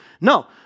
No